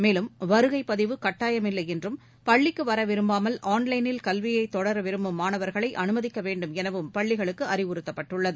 மேலும் வருகை பதிவு கட்டாயமில்லை என்றும் பள்ளிக்கு வர விரும்பாமல் ஆன் லைனில் கல்வியைத் தொடர விரும்பும் மாணவா்களை அனுமதிக்க வேண்டும் எனவும் பள்ளிகளுக்கு அறிவுறுத்தப்பட்டுள்ளது